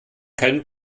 keinen